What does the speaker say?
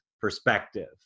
perspective